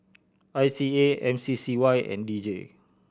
I C A M C C Y and D J